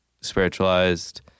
spiritualized